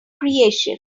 creation